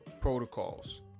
protocols